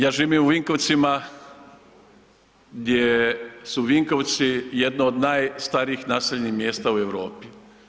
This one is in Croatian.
Ja živim u Vinkovcima gdje su Vinkovci jedno od najstarijih naseljenih mjesta u Europi.